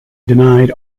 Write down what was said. denied